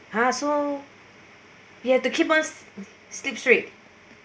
!huh! so you had to keep on sleep stright